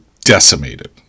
decimated